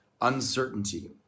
uncertainty